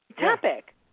topic